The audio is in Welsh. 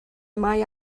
mae